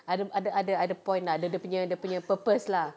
ada ada ada ada point lah ada dia punya dia punya purpose lah